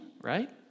right